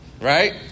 Right